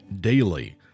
daily